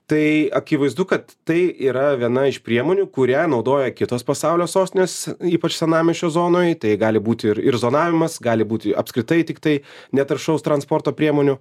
tai akivaizdu kad tai yra viena iš priemonių kurią naudoja kitos pasaulio sostinės ypač senamiesčio zonoj tai gali būti ir ir zonavimas gali būti apskritai tiktai netaršaus transporto priemonių